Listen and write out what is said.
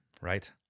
right